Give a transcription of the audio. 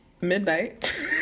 midnight